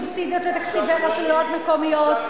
סובסידיות לתקציבי רשויות מקומיות,